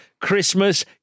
Christmas